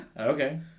Okay